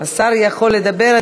כמה השר יכול לדבר?